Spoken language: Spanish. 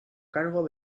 cargo